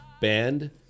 band